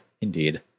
Indeed